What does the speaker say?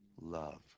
love